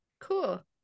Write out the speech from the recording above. cool